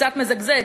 קצת מזגזג,